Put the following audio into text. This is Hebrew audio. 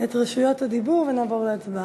את רשויות הדיבור ונעבור להצבעה.